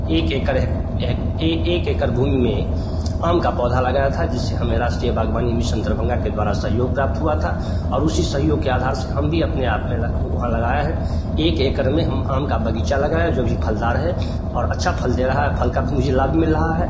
एक एकड़ एक एकड़ भूमि में आम का पौधा लगाया था जिससे हमें राष्ट्रीय बागवानी मिशन दरभंगा के द्वारा सहयोग प्राप्त हुआ था और उसी सहयोग के आधार से हम भी अपने आप में वहाँ लगाएँ हैं एक एकड़ में हम आम का बगीचा लगाएँ हैं जो कि फलदार है और अच्छा फल दे रहा है फल का भी मुझे लाभ भी मिल रहा है